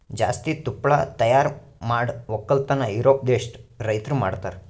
ಜಾಸ್ತಿ ತುಪ್ಪಳ ತೈಯಾರ್ ಮಾಡ್ ಒಕ್ಕಲತನ ಯೂರೋಪ್ ದೇಶದ್ ರೈತುರ್ ಮಾಡ್ತಾರ